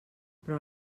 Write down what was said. però